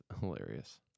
hilarious